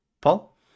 Paul